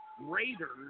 Raiders